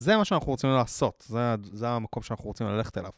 זה מה שאנחנו רוצים לעשות, זה המקום שאנחנו רוצים ללכת אליו.